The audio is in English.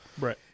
Right